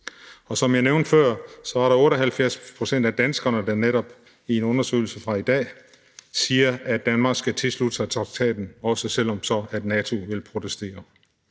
Som jeg nævnte før, er der 78 pct. af danskerne, der netop i en undersøgelse fra i dag siger, at Danmark skal tilslutte sig traktaten, også selv om NATO så vil protestere,